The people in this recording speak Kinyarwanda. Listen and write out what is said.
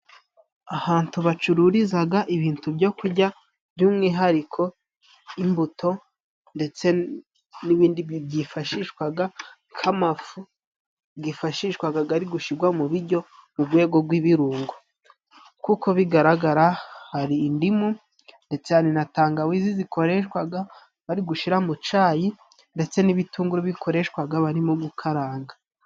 Ahantu bacururizaga ibintu byo kurya by'umwihariko imbuto ndetse n'ibindi byifashishwaga nk'amafu gifashishwaga gari gushigwa mu bijyo mu rwego rw'ibirungo, kuko bigaragara hari indimu ndetse na tangawizi zikoreshwaga bari gushira mu cayi, ndetse n'ibitunguru bikoreshwaga barimo gukaranga.